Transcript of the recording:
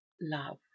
love